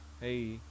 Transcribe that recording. Hey